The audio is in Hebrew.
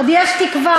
עוד יש תקווה.